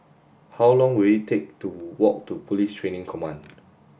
how long will it take to walk to Police Training Command